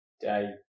day